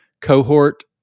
cohort